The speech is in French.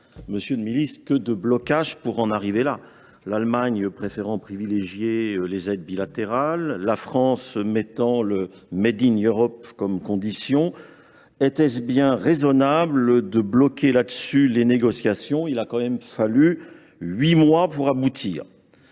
monsieur le ministre, que de blocages pour en arriver là ! L’Allemagne préférait privilégier les aides bilatérales, la France mettait le comme condition : était il bien raisonnable de bloquer les négociations pour cela ? Il a quand même fallu huit mois pour aboutir